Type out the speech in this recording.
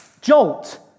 jolt